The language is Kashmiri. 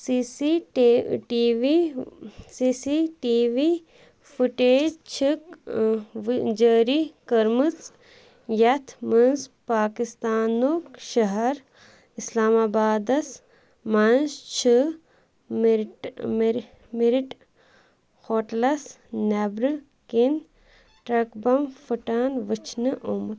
C C T T V C C T V footage چھِکھ وۄنۍ جٲری کٔرمٕژ یَتھ منٛز پاکِستانُک شہر اسلام آبادَس منٛز چھِ مِرِٹ ہوٹلَس نیٚبرٕ کِنۍ ٹرک بم فُٹھان وُچھنہٕ آمُت